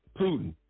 Putin